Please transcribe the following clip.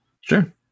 Sure